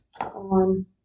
on